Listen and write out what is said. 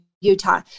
Utah